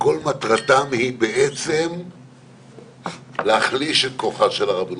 שכל מטרתם היא להחליש את כוחה של הרבנות.